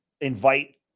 invite